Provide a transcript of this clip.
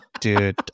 dude